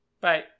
bye